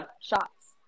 shots